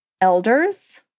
elders